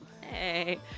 hey